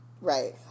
right